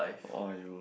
!aiyo!